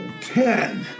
Ten